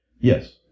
yes